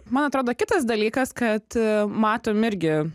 man atrodo kitas dalykas kad matom irgi